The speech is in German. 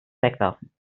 wegwerfen